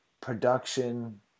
production